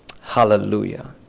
hallelujah